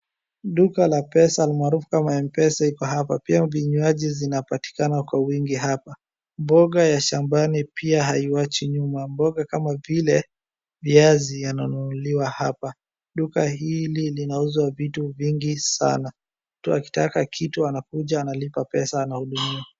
Duka la pesa, almaarufu kama mpesa iko hapa. Pia vinywaji zinapatikana kwa wingi hapa. mboga ya shambani pia haiwachwi nyuma. Mboga kama vile viazi yananunuliwa hapa. Duka hili linauzwa vitu vingi sana. Mtu akitaka kitu anakuja analipa pesa anahudumiwa.